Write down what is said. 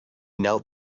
knelt